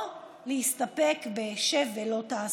או להסתפק בשב ואל תעשה?